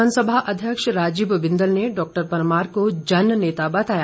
विधानसभा अध्यक्ष राजीव बिंदल ने डॉक्टर परमार को जन नेता बताया